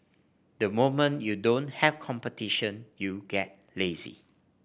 the moment you don't have competition you get lazy